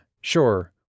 sure